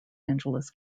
angeles